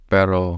Pero